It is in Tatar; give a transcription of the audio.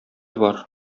бар